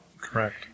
Correct